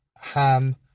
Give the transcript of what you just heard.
ham